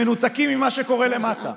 שמנותקים ממה שקורה למטה,